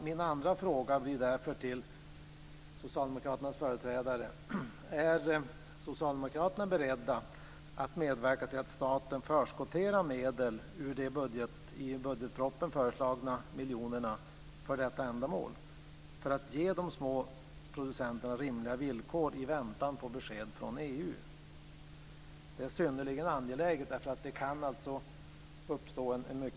Min andra fråga till Socialdemokraternas företrädare blir därför: Är Socialdemokraterna beredda att medverka till att staten förskotterar medel ur de i budgetpropositionen föreslagna miljonerna för detta ändamål - för att ge de små producenterna rimliga villkor i väntan på besked från EU? Detta är synnerligen angeläget eftersom en mycket tveksam situation kan uppstå.